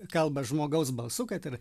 kalba žmogaus balsu kad ir